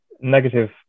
negative